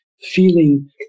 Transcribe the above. feeling